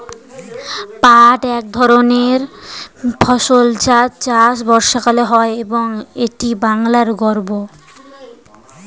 পাট এক ধরনের ফসল যার চাষ বর্ষাকালে হয় এবং এটি বাংলার গর্ব